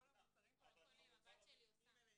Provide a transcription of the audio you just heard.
הבת שלי עושה.